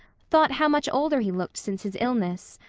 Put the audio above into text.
thought how much older he looked since his illness.